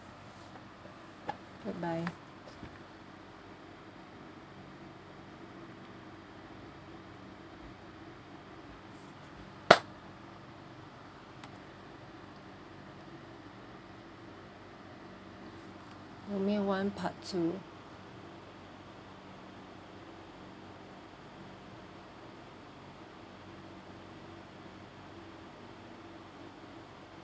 goodbye domain one part two